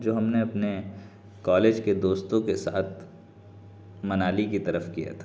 جو ہم نے اپنے کالج کے دوستوں کے ساتھ منالی کی طرف کیا تھا